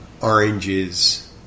oranges